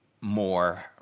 more